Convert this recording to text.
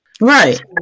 Right